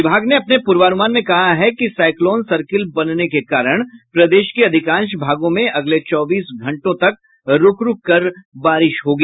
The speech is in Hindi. विभाग ने अपने पूर्वानुमान में कहा है कि साईक्लोन सर्किल बनने के कारण प्रदेश के अधिकांश भागों में अगले चौबीस घंटों तक रूक रूककर बारिश होगी